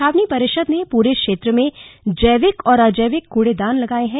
छावनी परिषद ने पूरे क्षेत्र में जैविक और अजैविक कूड़ेदान लगाये है